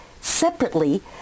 separately